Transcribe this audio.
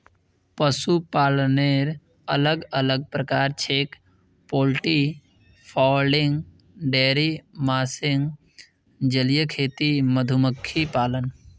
पशुपालनेर अलग अलग प्रकार छेक पोल्ट्री फार्मिंग, डेयरी फार्मिंग, जलीय खेती, मधुमक्खी पालन